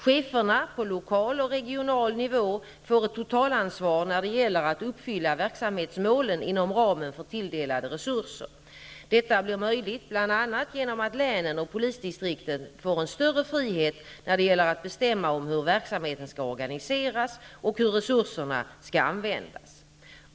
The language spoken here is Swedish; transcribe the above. Cheferna på lokal och regional nivå får ett totalansvar när det gäller att uppfylla verksamhetsmålen inom ramen för tilldelade resurser. Detta blir möjligt bl.a. genom att länen och polisdistrikten får en större frihet när det gäller att bestämma om hur verksamheten skall organiseras och hur resurserna skall användas.